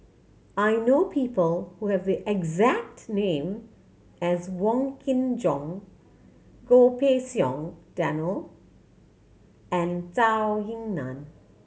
I know people who have the exact name as Wong Kin Jong Goh Pei Siong Daniel and Zhou Ying Nan